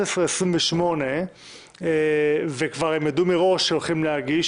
11:28 והם כבר ידעו מראש שהולכים להגיש,